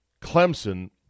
Clemson